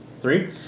three